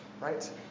right